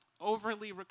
overly